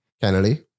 Kennedy